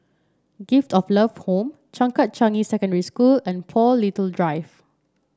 Gift of Love Home Changkat Changi Secondary School and Paul Little Drive